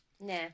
nah